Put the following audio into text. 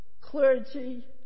clergy